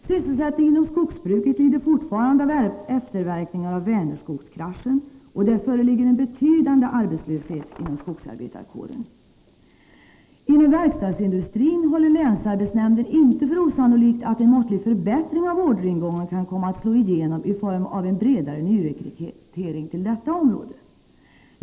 Sysselsättningen inom skogsbruket lider fortfarande av efterverkningar av Vänerskogskraschen, och det föreligger en betydande arbetslöshet inom skogsarbetarkåren. Inom verkstadsindustrin håller länsarbetsnämnden inte för osannolikt att en måttlig förbättring av orderingången kan komma att slå igenom i form av en bredare nyrekrytering till detta område.